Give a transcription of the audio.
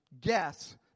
guess